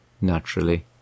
naturally